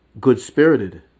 good-spirited